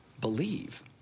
believe